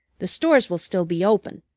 the stores will still be open.